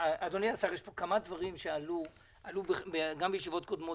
עלו פה כמה דברים גם בישיבות קודמות